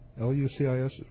L-U-C-I-S